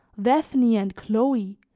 daphne and chloe,